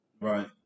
Right